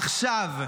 עכשיו,